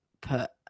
put